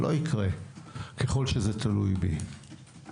לא יקרה ככל שזה תלוי בי.